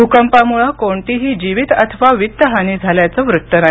भूकंपामुळे कोणतीही जीवित अथवा वित्तहानी झाल्याचं वृत्त नाही